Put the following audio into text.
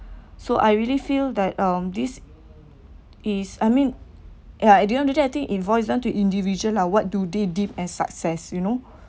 so I really feel that um this is I mean ya at the end of the day it boils down to the individual lah what do they did and success you know